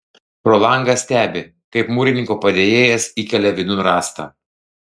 pro langą stebi kaip mūrininko padėjėjas įkelia vidun rąstą